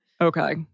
Okay